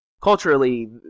culturally